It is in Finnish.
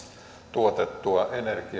tuotettua energiayksikköä kohti on